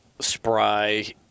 spry